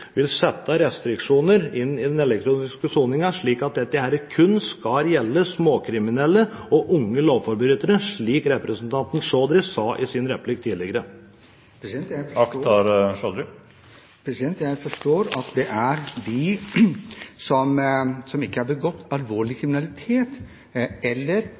vil sette restriksjoner på den elektroniske soningen slik at det kun skal gjelde småkriminelle og unge lovbrytere, slik representanten Chaudhry sa i en replikk tidligere. Jeg forstår det slik at det er de som ikke har begått alvorlig kriminalitet eller